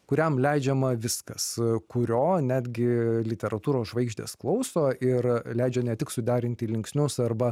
kuriam leidžiama viskas kurio netgi literatūros žvaigždės klauso ir leidžia ne tik suderinti linksnius arba